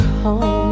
home